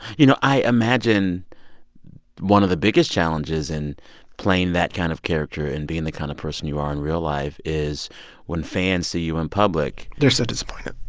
you know, i imagine one of the biggest challenges in playing that kind of character and being the kind of person you are in real life is when fans see you in public. they're so disappointed